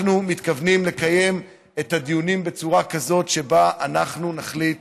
אנחנו מתכוונים לקיים את הדיונים בצורה כזאת שבה אנחנו נחליט